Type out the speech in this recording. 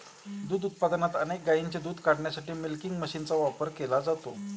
दूध उत्पादनात अनेक गायींचे दूध काढण्यासाठी मिल्किंग मशीनचा वापर केला जातो